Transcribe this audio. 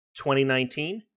2019